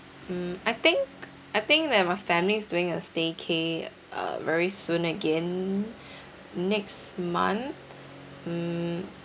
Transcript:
mm I think I think that my family's doing a staycay uh very soon again next month mm